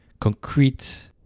concrete